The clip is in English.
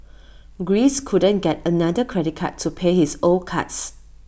Greece couldn't get another credit card to pay his old cards